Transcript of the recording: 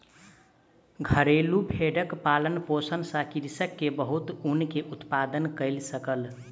घरेलु भेड़क पालन पोषण सॅ कृषक के बहुत ऊन के उत्पादन कय सकल